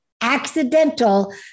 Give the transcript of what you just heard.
accidental